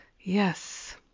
Yes